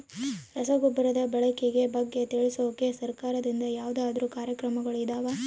ರಸಗೊಬ್ಬರದ ಬಳಕೆ ಬಗ್ಗೆ ತಿಳಿಸೊಕೆ ಸರಕಾರದಿಂದ ಯಾವದಾದ್ರು ಕಾರ್ಯಕ್ರಮಗಳು ಇದಾವ?